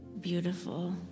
beautiful